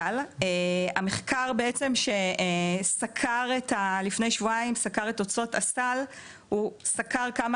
המחקר שסקר לפני שבועיים את תוצאות הסל הוא סקר כמה